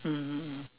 mmhmm mmhmm